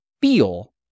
feel